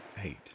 eight